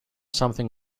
something